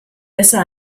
besser